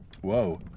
whoa